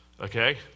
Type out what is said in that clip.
okay